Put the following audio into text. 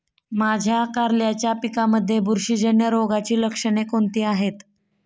माझ्या कारल्याच्या पिकामध्ये बुरशीजन्य रोगाची लक्षणे कोणती आहेत?